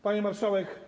Pani Marszałek!